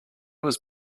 was